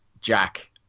Jack